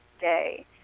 day